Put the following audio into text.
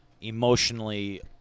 emotionally